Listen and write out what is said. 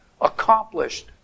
accomplished